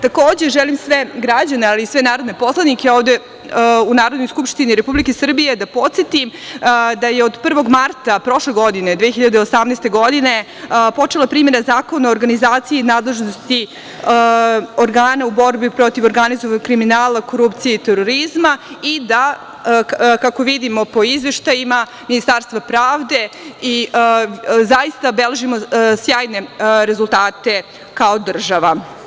Takođe, želim sve građane ali i sve narodne poslanike ovde u Narodnoj skupštini Republike Srbije da podsetim da je od 1. marta prošle godine, 2018. godine, počela primena Zakona o organizaciji i nadležnosti organa u borbi protiv organizovanog kriminala, korupcije i terorizma i da, kako vidimo po izveštajima Ministarstva pravde, zaista beležimo sjajne rezultate kao država.